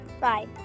Bye